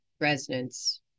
residents